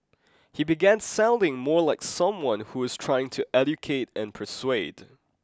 he began sounding more like someone who was trying to educate and persuade